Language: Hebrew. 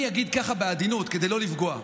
אני אגיד ככה בעדינות, כדי לא לפגוע,